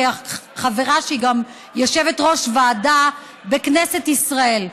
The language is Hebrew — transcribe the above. כחברה שהיא גם יושבת-ראש ועדה בכנסת ישראל.